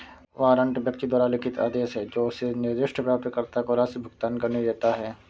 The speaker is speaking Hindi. वारंट व्यक्ति द्वारा लिखित आदेश है जो उसे निर्दिष्ट प्राप्तकर्ता को राशि भुगतान करने देता है